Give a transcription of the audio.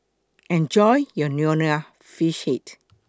Enjoy your Nonya Fish Head